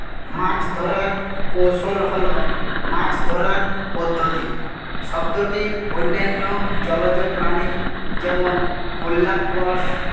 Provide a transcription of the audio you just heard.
মাছ ধরার কৌশল হল মাছ ধরার পদ্ধতি শব্দটি অন্যান্য জলজ প্রাণী যেমন